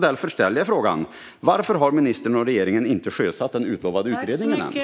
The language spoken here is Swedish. Därför ställer jag nu frågan här: Varför har ministern och regeringen inte sjösatt den utlovade utredningen än?